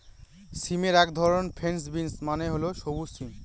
সিমের এক ধরন ফ্রেঞ্চ বিনস মানে হল সবুজ সিম